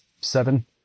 seven